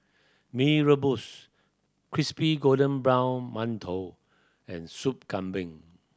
Mee Rebus crispy golden brown mantou and Soup Kambing